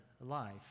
life